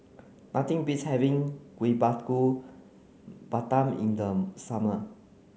nothing beats having Kuih Bakar Pandan in the summer